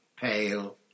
pale